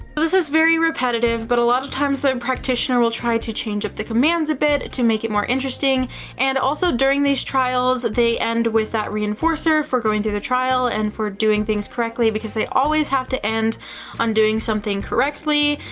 this is very repetitive, but a lot of times the practitioner will try to change up the commands a bit to make it more interesting and also during these trials, they end with that reinforcer for going through the trial and for doing things correctly because they always have to end on doing something correctly.